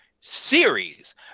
series